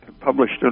published